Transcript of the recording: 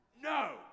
No